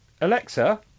Alexa